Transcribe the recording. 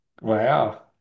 Wow